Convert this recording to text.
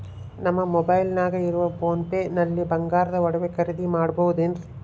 ನಮ್ಮ ಮೊಬೈಲಿನಾಗ ಇರುವ ಪೋನ್ ಪೇ ನಲ್ಲಿ ಬಂಗಾರದ ಒಡವೆ ಖರೇದಿ ಮಾಡಬಹುದೇನ್ರಿ?